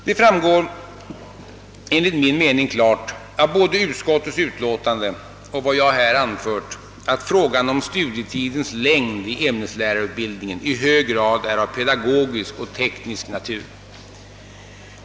Det framgår enligt min mening klart av både utskottsutlåtandet och av vad jag här anfört att frågan om studietidens längd i ämneslärarutbildningen i hög grad är av pedagogisk och teknisk natur.